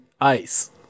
Ice